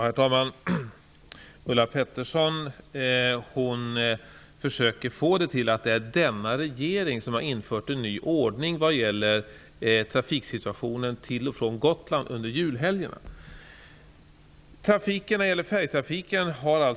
Herr talman! Ulla Pettersson försöker få det till att denna regering infört en ny ordning vad gäller trafiken till och från Gotland under julhelgerna.